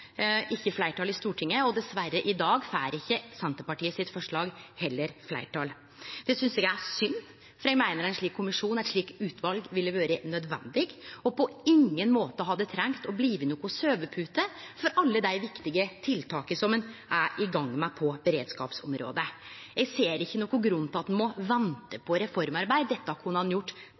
ikkje fleirtal i Stortinget, og dessverre får heller ikkje Senterpartiets forslag fleirtal i dag. Det synest eg er synd, for eg meiner ein slik kommisjon, eit slikt utval er nødvendig og hadde på ingen måte trunge å bli noka sovepute for alle dei viktige tiltaka som ein er i gong med på beredskapsområdet. Eg ser ikkje nokon grunn til at ein må vente på reformarbeid. Dette kunne ein gjort